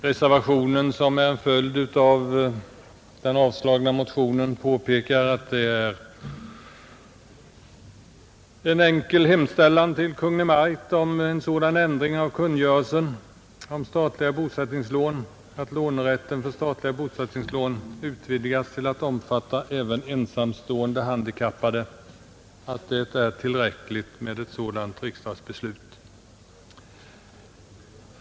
Reservationen som är en följd av den avstyrkta motionen påpekar att det är tillräckligt med en enkel hemställan till Kungl. Maj:t om en sådan ändring av kungörelsen om statliga bosättningslån att lånerätten utvidgas till att omfatta även ensamstående handikappade.